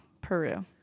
Peru